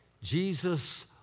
Jesus